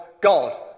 God